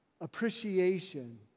appreciation